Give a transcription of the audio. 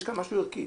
יש כאן משהו ערכי.